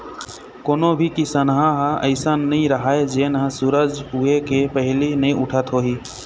कोनो भी किसनहा ह अइसन नइ राहय जेन ह सूरज उए के पहिली नइ उठत होही